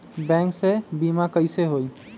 Bank से बिमा कईसे होई?